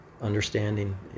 understanding